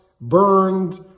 burned